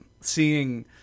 seeing